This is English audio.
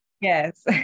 Yes